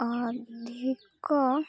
ଅଧିକ